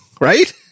Right